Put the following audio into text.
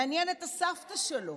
מעניין את הסבתא שלו.